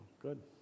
Good